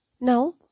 Now